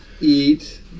eat